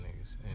niggas